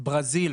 ברזיל,